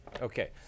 okay